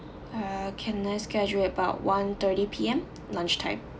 uh can I schedule about one-thirty P_M lunchtime